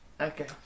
Okay